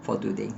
for today